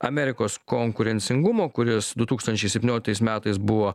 amerikos konkurencingumo kuris du tūkstančiai septynioliktais metais buvo